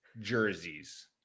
jerseys